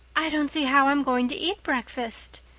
i don't see how i'm going to eat breakfast,